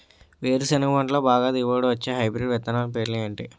వేరుసెనగ పంటలో బాగా దిగుబడి వచ్చే హైబ్రిడ్ విత్తనాలు పేర్లు ఏంటి?